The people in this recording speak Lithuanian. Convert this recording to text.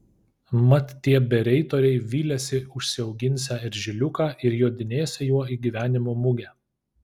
mat tie bereitoriai vylėsi užsiauginsią eržiliuką ir jodinėsią juo į gyvenimo mugę